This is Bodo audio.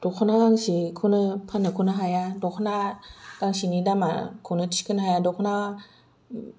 दख'ना गांसेखौनो फाननोखौनो हाया दख'ना गांसेनि दामखौनो थिखांनो हाया दख'ना मालाबा